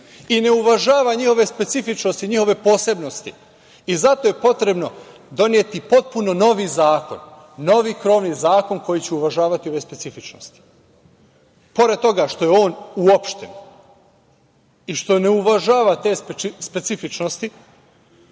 i ne uvažava njihove specifičnosti, njihove posebnosti i zato je potrebno doneti potpuno novi zakon, novi krovni zakon koji će uvažavati ove specifičnosti. Pored toga što je on uopšten i što ne uvažava te specifičnosti,